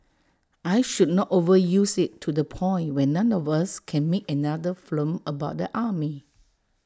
I should not overuse IT to the point when none of us can make another film about the army